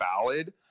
valid